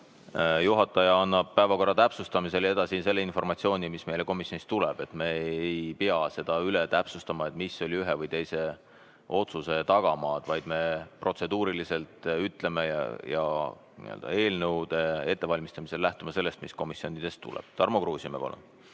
Juhataja annab päevakorra täpsustamisel edasi selle informatsiooni, mis meile komisjonist tuleb. Me ei pea üle täpsustama, mis olid ühe või teise otsuse tagamaad, vaid me protseduuriliselt ütleme ja eelnõude ettevalmistamisel lähtume sellest, mis komisjonidest tuleb. Tarmo Kruusimäe,